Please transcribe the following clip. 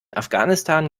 afghanistan